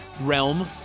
realm